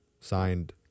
Signed